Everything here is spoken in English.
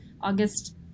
August